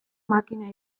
makina